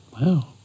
Wow